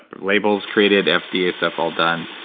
labels created, fda yeah stuff all done,